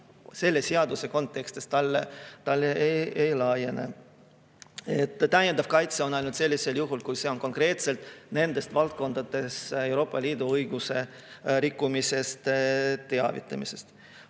selle seaduse kohaselt talle ei laiene. Täiendav kaitse on ainult sellisel juhul, kui rikkumine on konkreetselt nendes valdkondades, mis Euroopa Liidu õiguse rikkumisest teavitamise